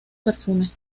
perfume